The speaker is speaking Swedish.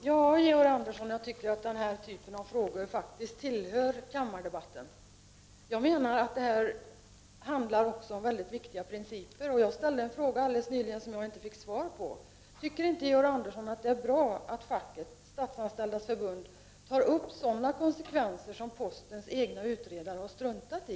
Herr talman! Ja, Georg Andersson, jag tycker att denna typ av fråga faktiskt hör hemma i kammardebatten. Det handlar nämligen om mycket viktiga principer. Jag ställde en fråga som jag inte fick svar på. Tycker inte Georg Andersson att det är bra att facket, Statsanställdas förbund, tar upp sådana konsekvenser som postens egna utredare har struntat i?